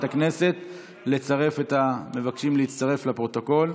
הכנסת לצרף את המבקשים להצטרף לפרוטוקול.